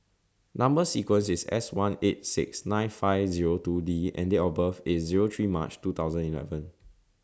Number sequence IS S one eight six nine five Zero two D and Date of birth IS Zero three March two thousand eleven